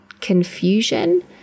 confusion